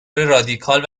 رادیکال